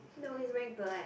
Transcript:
no he is wearing black